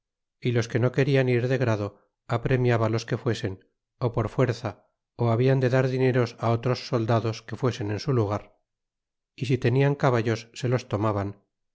y los que no querían ir de grado apremiabalos que fuesen ó por fuerza habían de dar dineros á otros soldados que fuesen en su lugar y si tenian caballos se los tomaban